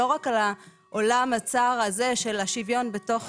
לא רק על העולם הצר הזה של השוויון בתוך